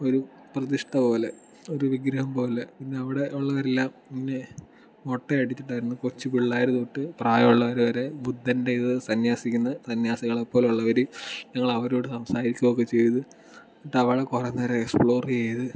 ഒരു പ്രതിഷ്ഠപോലെ ഒരു വിഗ്രഹം പോലെ പിന്നെ അവിടെ ഉള്ളവരെല്ലാം ഇങ്ങനെ മൊട്ടയടിച്ചിട്ടായിരുന്നു കൊച്ചു പിള്ളേർ തൊട്ട് പ്രായമുള്ളവർ വരെ ബുദ്ധൻ്റെ ഇത് സന്യസിക്കുന്ന സന്യാസികളെ പോലെ ഉള്ളവർ ഞങ്ങൾ അവരോട് സംസാരിക്കുകയൊക്കെ ചെയ്ത് എന്നിട്ട് അവിടെ കുറേനേരം എക്സ്പ്ലോർ ചെയ്ത്